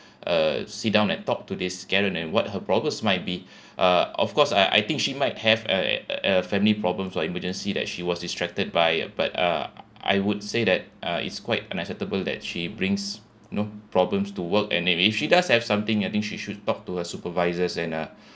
uh sit down and talk to this karen and what her problems might be uh of course I I think she might have a uh uh family problems or emergency that she was distracted by but uh I would say that uh it's quite unacceptable that she brings you know problems to work and if if she does have something I think she should talk to her supervisors and uh